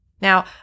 Now